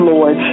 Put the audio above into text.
Lord